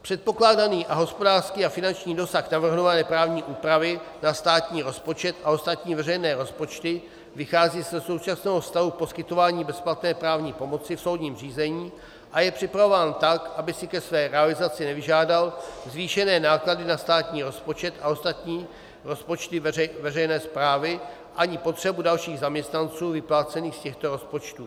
Předpokládaný hospodářský a finanční dosah navrhované právní úpravy na státní rozpočet a ostatní veřejné rozpočty vychází ze současného stavu poskytování bezplatné právní pomoci v soudním řízení a je připravován tak, aby si ke své realizaci nevyžádal zvýšené náklady na státní rozpočet a ostatní rozpočty veřejné správy ani potřebu dalších zaměstnanců vyplácených z těchto rozpočtů.